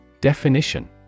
Definition